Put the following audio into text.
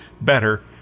better